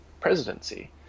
presidency